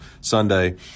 Sunday